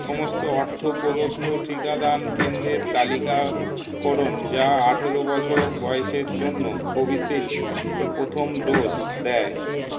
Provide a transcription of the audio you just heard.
সমস্ত অর্থ প্রদত্ত টিকাদান কেন্দ্রের তালিকা করুন যা আঠারো বছর বয়সের জন্য কোভিশিল্ড এর প্রথম ডোজ দেয়